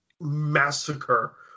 massacre